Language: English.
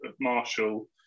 Marshall